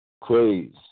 Craze